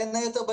בין היתר,